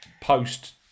post